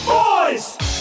boys